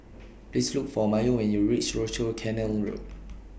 Please Look For Mayo when YOU REACH Rochor Canal Road